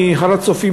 מהר-הצופים,